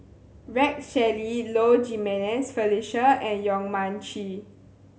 Rex Shelley Low Jimenez Felicia and Yong Mun Chee